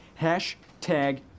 Hashtag